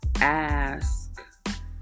ask